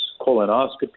colonoscopy